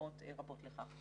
דוגמאות רבות לכך.